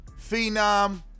phenom